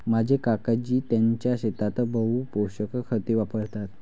माझे काकाजी त्यांच्या शेतात बहु पोषक खते वापरतात